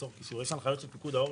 יש הנחיות של פיקוד העורף,